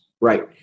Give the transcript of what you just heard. Right